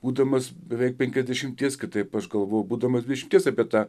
būdamas beveik penkiasdešimties kitaip aš galvojau būdamas dvidešimties apie tą